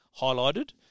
highlighted